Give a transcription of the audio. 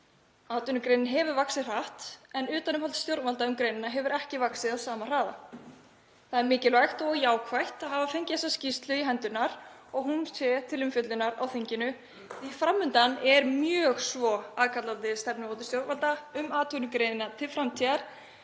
Atvinnugreinin hefur vaxið hratt en utanumhald stjórnvalda um greinina hefur ekki vaxið á sama hraða. Það er mikilvægt og jákvætt að hafa fengið þessa skýrslu í hendurnar og að hún sé til umfjöllunar á þinginu því að fram undan er mjög svo aðkallandi stefnumótun stjórnvalda um atvinnugreinina til framtíðar,